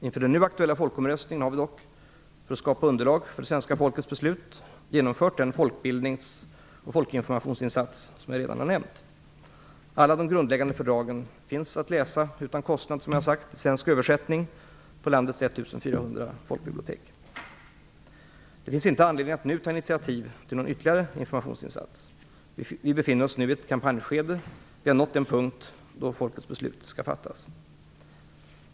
Inför den nu aktuella folkomröstningen har vi dock, för att skapa underlag för svenska folkets beslut, genomfört den folkbildnings och folkinformationsinsats som jag redan har nämnt. Alla de grundläggande fördragen finns att läsa utan kostnad, som jag sagt, i svensk översättning på landets Det finns inte anledning att nu ta initiativ till någon ytterligare informationsinsats. Vi befinner oss nu i ett kampanjskede. Vi har nått den punkt då folkets beslut skall fattas.